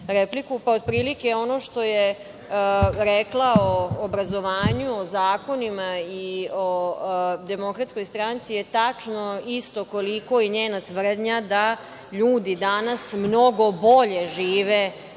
Pa, otprilike ono što je rekla o obrazovanju, o zakonima i o DS je tačno isto koliko i njena tvrdnja da ljudi danas mnogo bolje žive